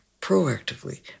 proactively